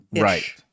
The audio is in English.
Right